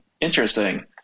Interesting